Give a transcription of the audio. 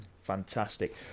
fantastic